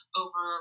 over